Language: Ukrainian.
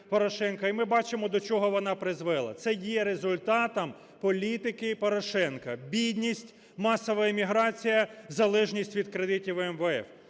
і ми бачимо, до чого вона призвела. Це є результатом політики Порошенка: бідність, масова еміграція, залежність від кредитів МВФ.